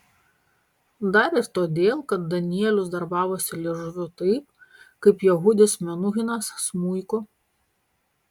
dar ir todėl kad danielius darbavosi liežuviu taip kaip jehudis menuhinas smuiku